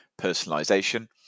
personalization